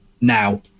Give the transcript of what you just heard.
now